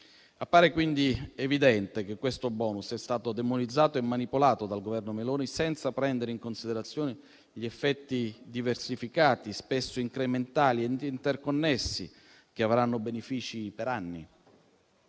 Appare quindi evidente che questo *bonus* è stato demonizzato e manipolato dal Governo Meloni, senza prendere in considerazione gli effetti diversificati, spesso incrementali e interconnessi, che avranno benefici per anni.